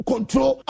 Control